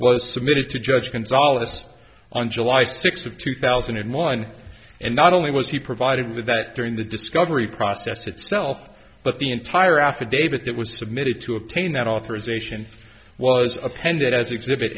was submitted to judge gonzales on july sixth of two thousand and one and not only was he provided with that during the discovery process itself but the entire affidavit that was submit to obtain that authorization was appended as exhibit